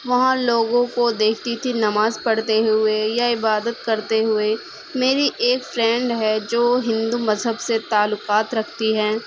وہاں لوگوں کو دیکھتی تھی نماز پڑھتے ہوئے یا عبادت کرتے ہوئے میری ایک فرینڈ ہے جو ہندو مذہب سے تعلقات رکھتی ہے